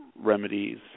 remedies